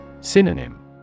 Synonym